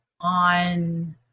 on